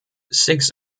six